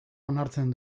onartzen